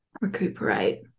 recuperate